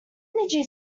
energy